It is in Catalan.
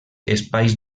espais